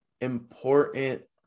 important